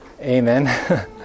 Amen